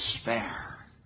spare